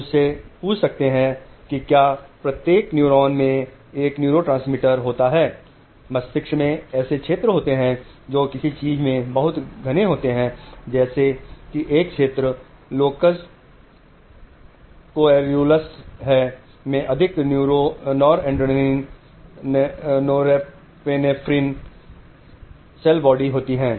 अब आप मुझसे पूछ सकते हैं कि क्या प्रत्येक न्यूरॉन में एक न्यूरोट्रांसमीटर होता है मस्तिष्क में ऐसे क्षेत्र होते हैं जो किसी चीज में बहुत घने होते हैं जैसे कि एक क्षेत्र लोकस कोएर्यूलस में अधिक नॉरएड्रेनालाईन नोरेपेनेफ्रिन सेल बॉडी होती हैं